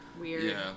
Weird